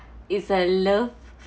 is a love